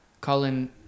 Colin